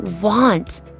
want